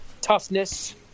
toughness